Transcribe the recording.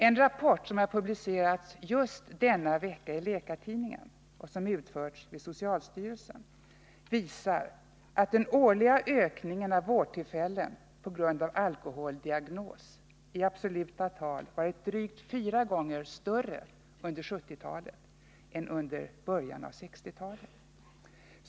En rapport som har publicerats just denna vecka i Läkartidningen och utförts vid socialstyrelsen visar att den årliga ökningen av vårdtillfällen på grund av alkoholdiagnos i absoluta tal varit drygt fyra gånger större under 1970-talet än under början av 1960-talet.